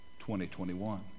2021